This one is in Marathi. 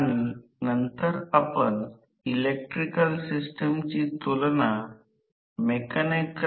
फ्लक्स ची घनता B आहे म्हणून voltage E B l V प्रेरित करेल